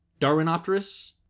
Darwinopterus